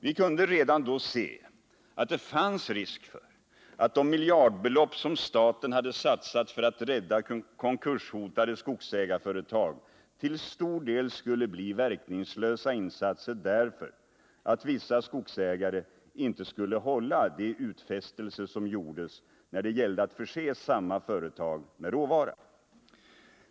Vi kunde redan då se att det fanns risk för att de miljardbelopp som staten hade satsat för att rädda konkurshotade skogsägarföretag till stor del skulle bli verkningslösa insatser, därför att vissa skogsägare inte skulle hålla de utfästelser som gjordes när det gällde att förse samma företag med råvara.